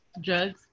Drugs